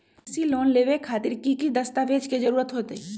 कृषि लोन लेबे खातिर की की दस्तावेज के जरूरत होतई?